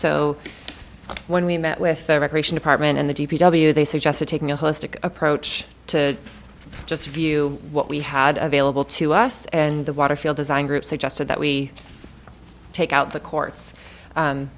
so when we met with the recreation department in the d p w they suggested taking a holistic approach to just view what we had available to us and the water field design group suggested that we take out the courts